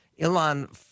ilan